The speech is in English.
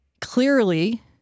Clearly